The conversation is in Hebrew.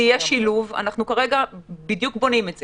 יהיה שילוב, אנחנו כרגע בדיוק בונים את זה: